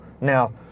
now